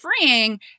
freeing